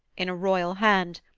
in a royal hand,